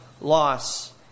loss